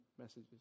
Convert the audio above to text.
messages